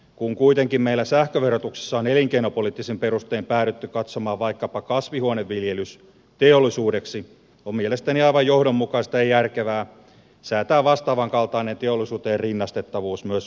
kun kuitenkin meillä sähköverotuksessa on elinkeinopoliittisin perustein päädytty katsomaan vaikkapa kasvihuoneviljelys teollisuudeksi on mielestäni aivan johdonmukaista ja järkevää säätää vastaavankaltainen teollisuuteen rinnastettavuus myös konesalitoiminnalle